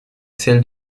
celles